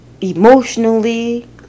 emotionally